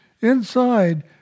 Inside